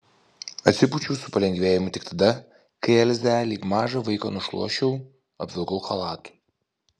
atsipūčiau su palengvėjimu tik tada kai elzę lyg mažą vaiką nušluosčiau apvilkau chalatu